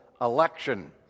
election